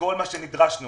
בכל מה שנדרשנו